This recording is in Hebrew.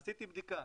עשיתי בדיקה,